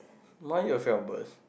more you will feel burst